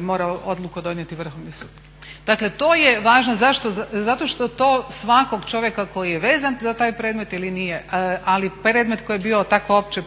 morao odluku donijeti Vrhovni sud. Dakle, to je važno zašto što to svakog čovjeka koji je vezan za taj predmet ili nije, ali predmet koji je bio tako opće